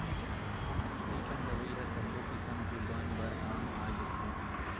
कइठन दवई ह सब्बो किसम के बन बर काम आ जाथे